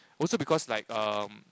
also because like erm